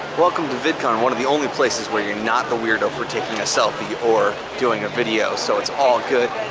welcome to vidcon, one of the only places where you're not the weirdo for taking a selfie or doing a video so it's all good.